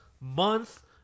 month